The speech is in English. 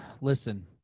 Listen